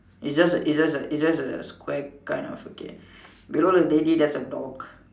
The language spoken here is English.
it's just a it's just a it's just a Square kind of okay below the lady there's a dog